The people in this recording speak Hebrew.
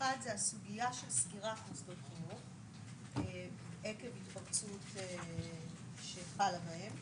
האחד זה הסוגיה של סגירת מוסדות חינוך עקב התפרצות שחלה בהם.